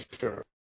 sure